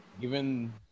given